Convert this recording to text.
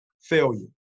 failure